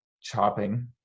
chopping